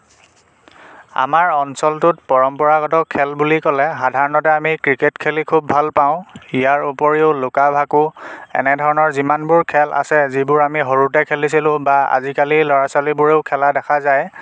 আমাৰ অঞ্চলটোত পৰম্পৰাগত খেল বুলি ক'লে সাধাৰণতে আমি ক্ৰিকেট খেলি খুব ভাল পাওঁ ইয়াৰ উপৰিও লুকা ভাকু এনেধৰণৰ যিমানবোৰ খেল আছে যিবোৰ আমি সৰুতে খেলিছিলো বা আজিকালি ল'ৰা ছোৱালীবোৰেও খেলা দেখা যায়